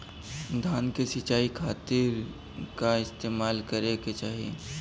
धान के सिंचाई खाती का इस्तेमाल करे के चाही?